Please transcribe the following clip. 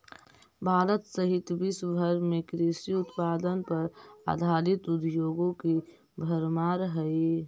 भारत सहित विश्व भर में कृषि उत्पाद पर आधारित उद्योगों की भरमार हई